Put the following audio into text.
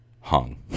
hung